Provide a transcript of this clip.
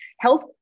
health